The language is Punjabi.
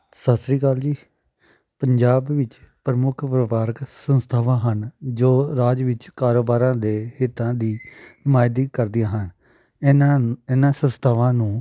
ਸਾਸਰੀਕਾਲ ਜੀ ਪੰਜਾਬ ਵਿੱਚ ਪ੍ਰਮੁੱਖ ਵਪਾਰਕ ਸੰਸਥਾਵਾਂ ਹਨ ਜੋ ਰਾਜ ਵਿੱਚ ਕਾਰੋਬਾਰਾਂ ਦੇ ਹਿੱਤਾਂ ਦੀ ਨੁਮਾਇੰਦੀ ਕਰਦੀਆਂ ਹਨ ਇਹਨਾਂ ਇਹਨਾਂ ਸੰਸਥਾਵਾਂ ਨੂੰ